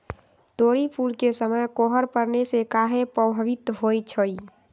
तोरी फुल के समय कोहर पड़ने से काहे पभवित होई छई?